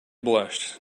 blushed